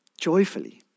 joyfully